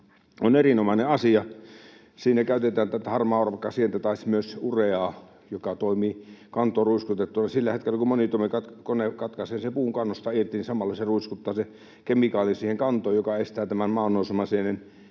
on erinomainen asia. Siinä käytetään tätä harmaaorvakkasientä tai myös ureaa, joka toimii kantoon ruiskutettuna sillä hetkellä, kun monitoimikone katkaisee sen puun kannosta irti, ja samalla se ruiskuttaa sen kemikaalin siihen kantoon, joka estää tämän maannousemasienen